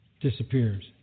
disappears